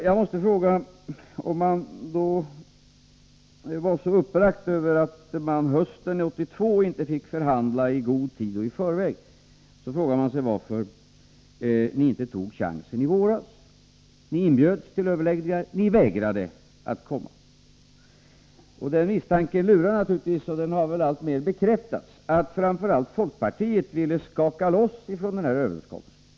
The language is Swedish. Jag måste fråga: Om man var så uppbragt över att man hösten 1982 inte fick förhandla i god tid och i förväg, varför tog ni inte chansen i våras? Ni inbjöds till överläggningar, ni vägrade att komma. Den misstanken lurar naturligtvis, och den har väl alltmer bekräftats, att framför allt folkpartiet ville skaka loss från den här överenskommelsen.